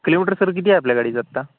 kilometre sir किती आहे आपल्या गाडीचं आत्ता